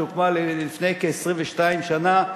שהוקמה לפני כ-22 שנה,